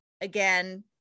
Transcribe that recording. again